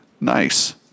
nice